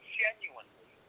genuinely